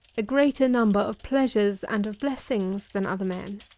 a greater number of pleasures and of blessings than other men.